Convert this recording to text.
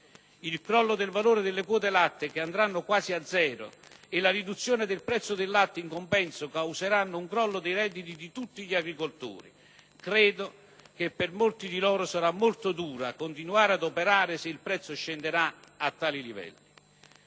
Il crollo del valore delle quote latte, che andranno quasi a zero, e la riduzione del prezzo del latte, in compenso, causeranno un crollo dei redditi di tutti gli agricoltori: credo che per molti di loro sarà molto duro continuare ad operare se il prezzo scenderà a tali livelli.